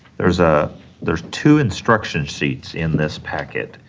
there's a there's two instruction sheets in this packet,